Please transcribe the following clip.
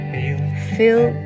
Feel